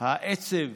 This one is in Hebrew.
העצב